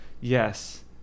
Yes